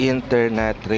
Internet